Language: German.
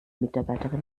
mitarbeiterin